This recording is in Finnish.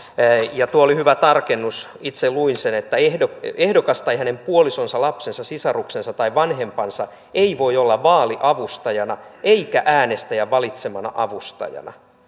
tuo oli hyvä tarkennus itse luin sen että ehdokas ehdokas tai hänen puolisonsa lapsensa sisaruksensa tai vanhempansa ei voi olla vaaliavustajana eikä äänestäjän valitsemana avustajana